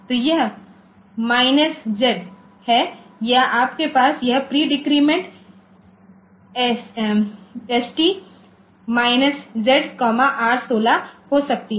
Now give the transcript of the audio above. तो यह minus Z है या आपके पास यह pre decrement ST minus Z R 16ST ZR16 हो सकती है